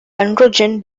androgen